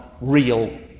real